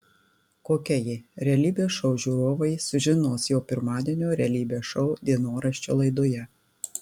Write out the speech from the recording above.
kokia ji realybės šou žiūrovai sužinos jau pirmadienio realybės šou dienoraščio laidoje